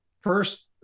first